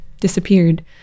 disappeared